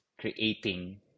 creating